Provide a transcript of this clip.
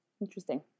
Interesting